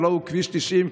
הלוא הוא כביש 90,